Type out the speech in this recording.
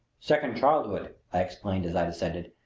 second childhood! i explained as i descended.